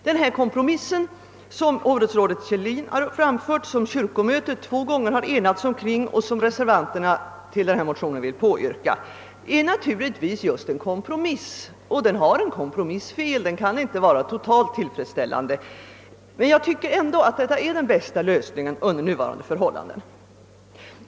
Den kompromiss som hovrättspresidenten Kjellin framlagt, som kyrkomötet två gånger enats om och som reservanterna stöder är naturligtvis just en kompromiss med de fel som alltid vidlåder en sådan. Den kan inte vara fullständigt tillfredsställande, men enligt min mening är detta ändå den bästa lösningen under nuvarande förhållanden.